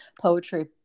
poetry